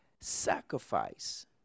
sacrifice